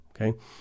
Okay